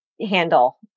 handle